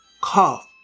cough